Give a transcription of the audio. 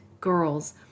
girls